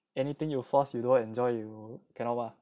anything you will force you don't enjoy you cannot mah